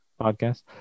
podcast